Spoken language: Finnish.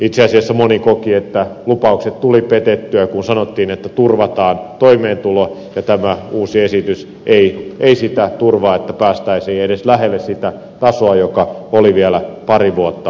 itse asiassa moni koki että lupaukset tulivat petettyä kun sanottiin että turvataan toimeentulo ja tämä uusi esitys ei sitä turvaa että päästäisiin edes lähelle sitä tasoa joka oli vielä pari vuotta sitten